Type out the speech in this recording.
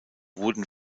wurden